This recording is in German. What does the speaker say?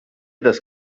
das